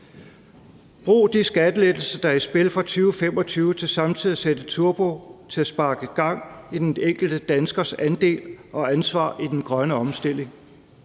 Brug de skattelettelser, der er i spil for 2025, til samtidig at sætte turbo på og sparke gang i den enkelte danskers andel i og ansvar for den grønne omstilling.